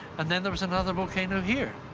and then there was another volcano here,